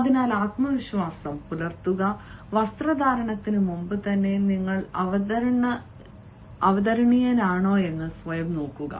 അതിനാൽ ആത്മവിശ്വാസം പുലർത്തുക വസ്ത്രധാരണത്തിനു മുമ്പുതന്നെ നിങ്ങൾ അവതരണീയനാണോയെന്ന് സ്വയം നോക്കുക